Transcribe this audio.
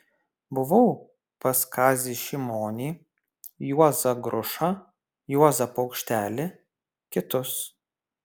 buvau pas kazį šimonį juozą grušą juozą paukštelį kitus